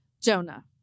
Jonah